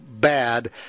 bad